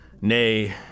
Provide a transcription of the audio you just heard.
nay